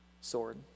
sword